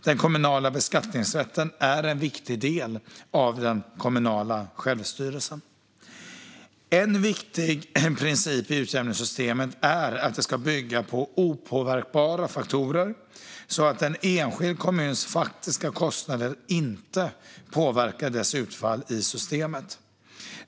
Den kommunala beskattningsrätten är en viktig del av den kommunala självstyrelsen. En viktig princip i utjämningssystemet är att det ska bygga på opåverkbara faktorer så att en enskild kommuns faktiska kostnader inte påverkar dess utfall i systemet.